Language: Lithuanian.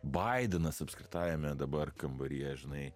baidenas apskritajame dabar kambaryje žinai